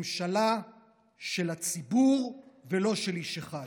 ממשלה של הציבור ולא של איש אחד.